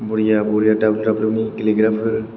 बरिया बरिया दाब्लिउ दाब्लिउनि गेलेग्राफोर